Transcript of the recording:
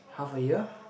half a year